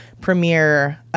premiere